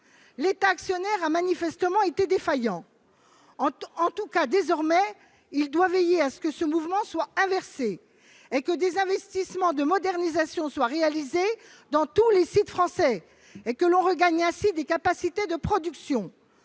l'État actionnaire a été défaillant ; en tout cas, il doit désormais veiller à ce que ce mouvement soit inversé et que des investissements de modernisation soient réalisés dans tous les sites français, que l'on regagne ainsi des capacités de production.